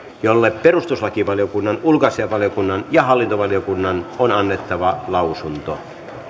jolle perustuslakivaliokunnan ulkoasiainvaliokunnan ja hallintovaliokunnan on annettava lausunto